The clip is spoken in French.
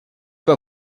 pas